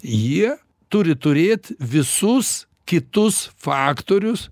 jie turi turėt visus kitus faktorius